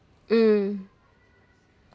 mm